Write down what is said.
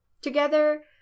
Together